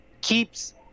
keeps